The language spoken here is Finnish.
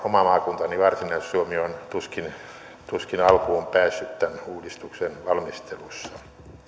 oma maakuntani varsinais suomi on tuskin tuskin alkuun päässyt tämän uudistuksen valmistelussa